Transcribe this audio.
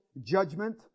judgment